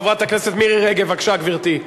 חברת הכנסת מירי רגב, בבקשה, גברתי.